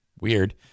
weird